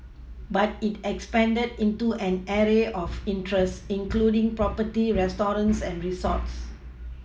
but it expanded into an array of interests including property restaurants and resorts